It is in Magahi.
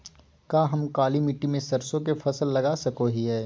का हम काली मिट्टी में सरसों के फसल लगा सको हीयय?